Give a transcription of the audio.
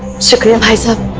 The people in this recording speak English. sacrifice ah